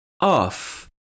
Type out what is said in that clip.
off